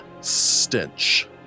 stench